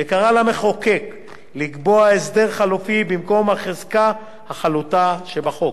וקרא למחוקק לקבוע הסדר חלופי במקום החזקה החלוטה שבחוק.